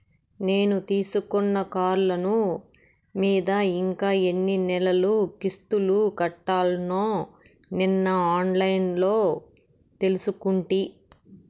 నేను తీసుకున్న కార్లోను మీద ఇంకా ఎన్ని నెలలు కిస్తులు కట్టాల్నో నిన్న ఆన్లైన్లో తెలుసుకుంటి